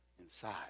Inside